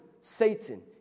Satan